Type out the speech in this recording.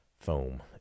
foam